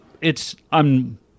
it's—I'm